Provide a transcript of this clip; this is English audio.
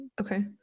Okay